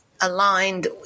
aligned